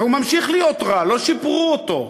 והוא ממשיך להיות רע, לא שיפרו אותו.